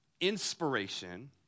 Inspiration